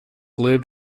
lived